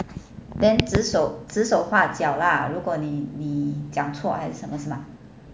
then 指手指手画脚 lah 如果你你讲错还是什么是吗